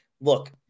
Look